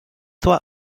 soit